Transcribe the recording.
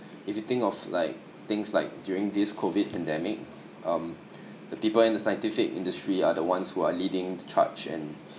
if you think of like things like during this COVID pandemic um the people in the scientific industry are the ones who are leading charge and